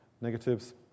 negatives